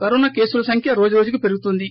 corona కేసుల సంఖ్య రోజురోజుకు పెరుగుతోంది